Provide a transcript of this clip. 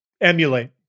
emulate